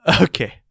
Okay